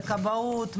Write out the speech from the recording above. כבאות,